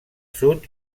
sud